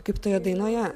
kaip toje dainoje